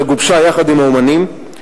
אשר גובשה יחד עם האמנים,